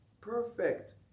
Perfect